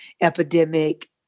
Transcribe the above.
epidemic